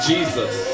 Jesus